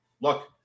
look